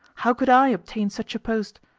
how could i obtain such a post?